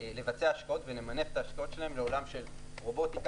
לבצע השקעות ונמנף את ההשקעות שלהם לעולם של אוטומיזציה,